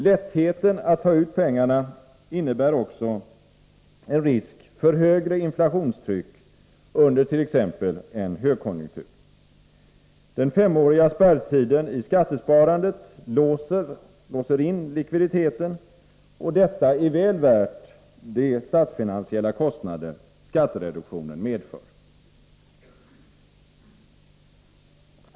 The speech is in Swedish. Lättheten att ta ut pengarna innebär också en risk för högre inflationstryck under t.ex. en högkonjunktur. Den femåriga spärrtiden i skattesparandet låser in likviditeten, och detta är väl värt de statsfinansiella kostnader skattereduktionen medför.